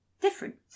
different